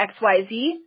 xyz